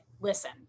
Listen